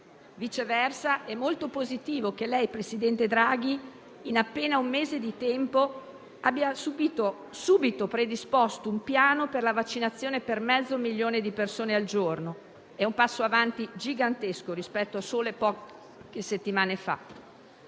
contrario, è molto positivo che lei, presidente Draghi, in appena un mese di tempo, abbia subito predisposto un piano per la vaccinazione di mezzo milione di persone al giorno: è un passo avanti gigantesco rispetto a sole poche settimane fa.